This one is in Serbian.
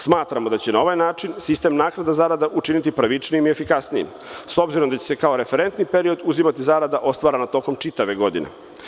Smatramo da će na ovaj način sistem naknada zarada učiniti pravičnijim i efikasnijim, s obzirom da će se kao referentni period uzimati zarada ostvarena tokom čitave godine.